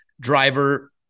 driver